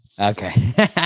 Okay